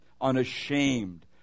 unashamed